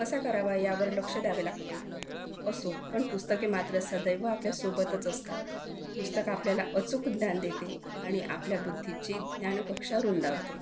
कसा करावा यावर लक्ष द्यावे लागते असो पण पुस्तके मात्र सदैव आपल्यासोबतच असतात पुस्तकं आपल्याला अचूक ज्ञान देते आणि आपल्या बुद्धीची ज्ञानकक्षा रुंदावते